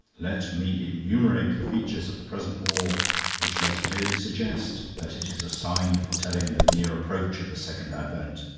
let me enumerate the features of the present war which most clearly suggest that it is a sign foretelling the near approach of the second advent.